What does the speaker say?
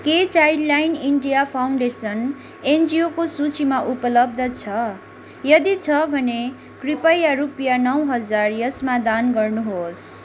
के Childline India Foundation एनजिओको सूचीमा उपलब्ध छ यदि छ भने कृपया रुपियाँ नौ हजार यसमा दान गर्नुहोस्